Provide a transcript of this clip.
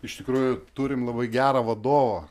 iš tikrųjų turim labai gerą vadovą